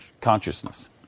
consciousness